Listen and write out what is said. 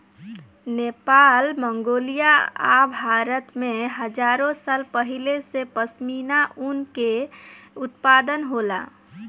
Nepal, Mongolia आ भारत में हजारो साल पहिले से पश्मीना ऊन के उत्पादन होला